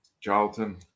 Charlton